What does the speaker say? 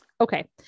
okay